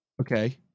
Okay